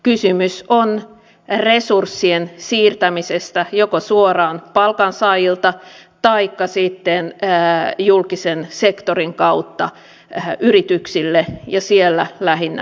kysymys on resurssien siirtämisestä joko suoraan palkansaajilta taikka sitten julkisen sektorin kautta yrityksille ja siellä lähinnä pääomalle